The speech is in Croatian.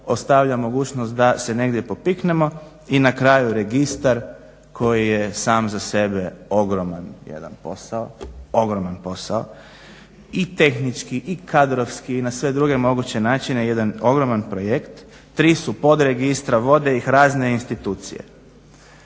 ostavlja mogućnost da se negdje popiknemo. I na kraju registar koji je sam za sebe ogroman jedan posao, ogroman posao i tehnički i kadrovski i na sve druge moguće načine jedan ogroman projekt. Tri su podregistra, vode ih razne institucije.